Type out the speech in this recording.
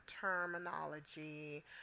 terminology